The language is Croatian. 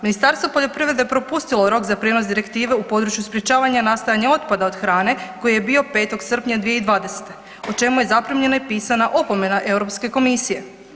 Ministarstvo poljoprivrede propustilo je rok za prinos Direktive u području sprječavanje nastajanja otpada od hrane koji je bio 5. srpnja 2020. o čemu je zaprimljena i pisana opomena Europske Komisije.